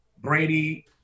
Brady